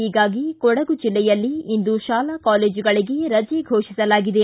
ಹೀಗಾಗಿ ಕೊಡಗು ಜಿಲ್ಲೆಯಲ್ಲಿ ಇಂದು ಶಾಲಾ ಕಾಲೇಜುಗಳಿಗೆ ರಜೇ ಘೋಷಿಸಲಾಗಿದೆ